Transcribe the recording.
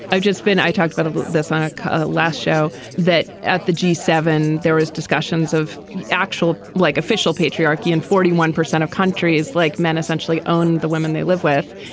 i've just been i talked about this on a last show that at the g seven there is discussions of actual like official patriarchy and forty one percent of countries like men essentially own the women they live with.